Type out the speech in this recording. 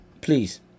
Please